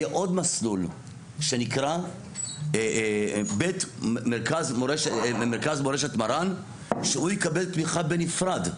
עוד מסלול שנקרא מרכז מורשת מרן שהוא יקבל תמיכה בנפרד.